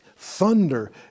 Thunder